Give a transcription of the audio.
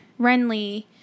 Renly